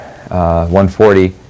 140